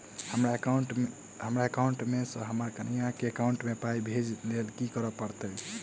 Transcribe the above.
हमरा एकाउंट मे सऽ हम्मर कनिया केँ एकाउंट मै पाई भेजइ लेल की करऽ पड़त?